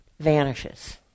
vanishes